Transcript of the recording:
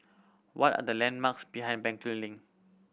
what are the landmarks behind Bencoolen Link